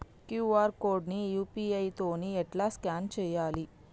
QR code ని UPI తోని ఎట్లా స్కాన్ చేయాలి?